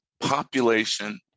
population